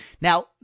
now-